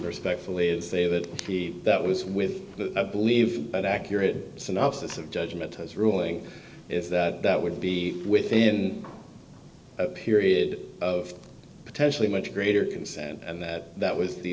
respectfully say that that was with the i believe that accurate synopsis of judgment has ruling is that that would be within a period of potentially much greater consent and that that was the